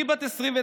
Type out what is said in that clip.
אני בת 29,